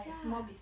ya